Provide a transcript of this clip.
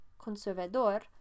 conservador